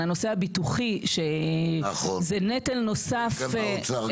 יש חלוקה מאוד ברורה.